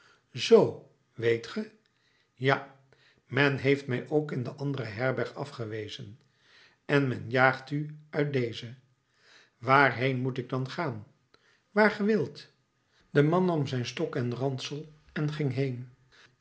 weet ge ja men heeft mij ook in de andere herberg afgewezen en men jaagt u uit deze waarheen moet ik dan gaan waar ge wilt de man nam zijn stok en ransel en ging heen